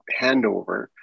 handover